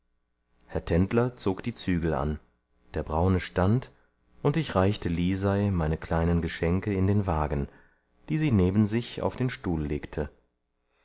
herr tendler zog die zügel an der braune stand und ich reichte lisei meine kleinen geschenke in den wagen die sie neben sich auf den stuhl legte